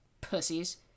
Pussies